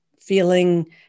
feeling